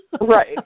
Right